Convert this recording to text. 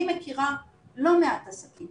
אני מכירה לא מעט עסקים